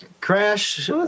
Crash